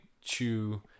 chew